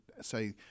say